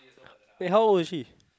wait how old is she